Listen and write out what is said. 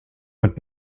went